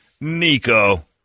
Nico